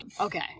Okay